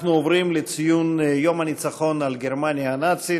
אנחנו עוברים לציון יום הניצחון על גרמניה הנאצית.